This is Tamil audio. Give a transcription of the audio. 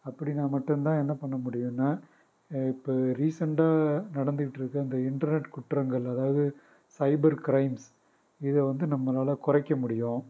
அப்படின்னா மட்டும்தான் என்ன பண்ண முடியும்னா இப்போது ரீசெண்ட்டாக நடந்துக்கிட்டு இருக்கற இந்த இன்டர்நெட் குற்றங்கள் அதாவது சைபர் க்ரைம்ஸ் இதை வந்து நம்மளால் குறைக்க முடியும்